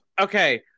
okay